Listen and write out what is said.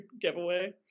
giveaway